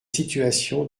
situation